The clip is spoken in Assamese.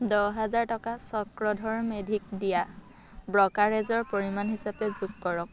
দহ হেজাৰ টকা চক্ৰধৰ মেধিক দিয়া ব্ৰ'কাৰেজৰ পৰিমাণ হিচাপে যোগ কৰক